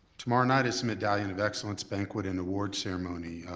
tomorrow night is medallion of excellence banquet and awards ceremony,